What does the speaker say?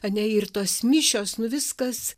ane ir tos mišios nu viskas